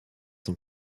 son